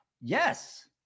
Yes